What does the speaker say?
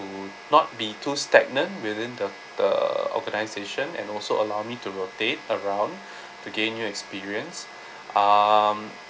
would not be too stagnant within the the organisation and also allow me to rotate around to gain your experience um